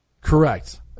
Correct